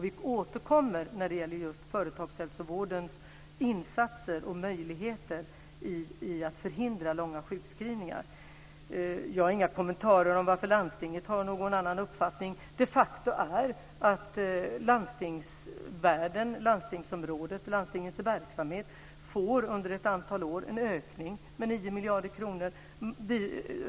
Vi återkommer när det gäller företagshälsovårdens insatser för och möjligheter att förhindra långa sjukskrivningar. Jag har inga kommentarer om varför landstingen har någon annan uppfattning. De facto får landstingens verksamhet under ett antal år en ökning med 9 miljarder kronor.